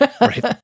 Right